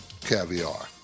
caviar